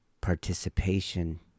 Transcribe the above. participation